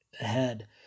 ahead